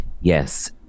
yes